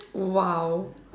!wow!